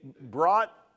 brought